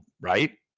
right